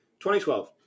2012